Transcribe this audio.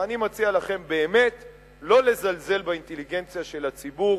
ואני מציע לכם באמת לא לזלזל באינטליגנציה של הציבור.